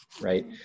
right